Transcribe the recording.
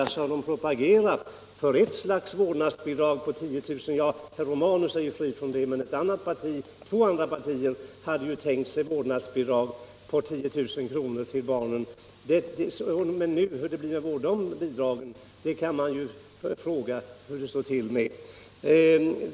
Herr Romanus har inte propagerat för något vårdnadsbidrag på 10 000 kr., men de två andra partierna i den nuvarande regeringen hade ju tänkt sig vårdnadsbidrag av den storleken. Men hur det blir nu med dessa bidrag kan man ju fråga sig.